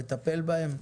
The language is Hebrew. לטפל בהן?